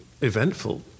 eventful